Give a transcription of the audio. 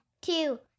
two